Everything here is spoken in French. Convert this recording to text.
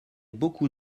beaucoup